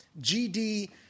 GD